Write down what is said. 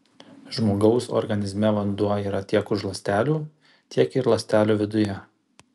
žmogaus organizme vanduo yra tiek už ląstelių tiek ir ląstelių viduje